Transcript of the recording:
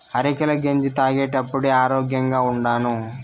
అరికెల గెంజి తాగేప్పుడే ఆరోగ్యంగా ఉండాను